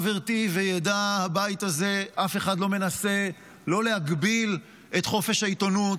בראש ובראשונה אני מבקש להודות לחבריי חברי הכנסת משה פסל